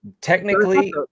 technically